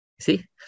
See